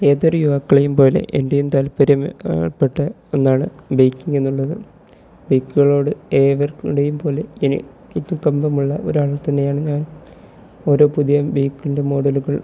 ഏതൊരു യുവാക്കളെയും പോലെ എൻ്റെയും താൽപര്യം പ്പെട്ട ഒന്നാണ് ബൈക്കിംഗ് എന്നുള്ളത് ബൈക്കുകളോട് ഏവർക്കൂടെയും പോലെ കമ്പമുള്ള ഒരാൾ തന്നെയാണ് ഞാൻ ഓരോ പുതിയ ബൈക്കിൻ്റെ മോഡലുകൾ